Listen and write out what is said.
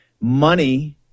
money